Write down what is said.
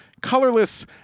colorless